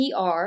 PR